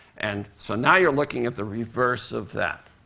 and so now you're looking at the reverse of that.